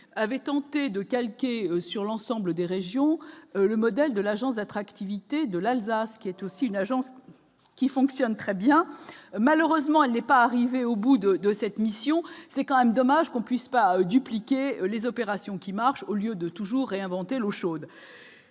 avait tenté de calquer sur l'ensemble des régions, le modèle de l'agence d'attractivité de l'Alsace qui est aussi une agence qui fonctionne très bien, malheureusement elle n'est pas arrivé au bout de de cette mission, c'est quand même dommage qu'on puisse pas dupliquer les opérations qui marche au lieu de toujours réinventer l'eau chaude,